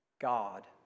God